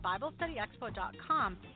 BibleStudyExpo.com